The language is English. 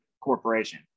corporation